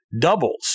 Doubles